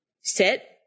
sit